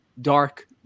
dark